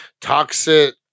Toxic